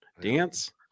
dance